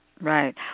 Right